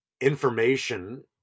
information